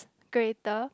greater